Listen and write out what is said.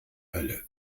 hölle